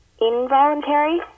involuntary